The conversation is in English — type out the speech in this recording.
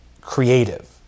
creative